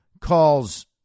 calls